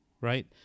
right